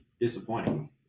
disappointing